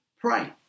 pray